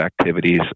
activities